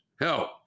Help